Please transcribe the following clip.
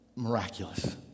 miraculous